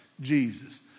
Jesus